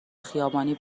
خیابانی